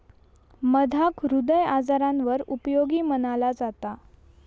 मधाक हृदय आजारांवर उपयोगी मनाला जाता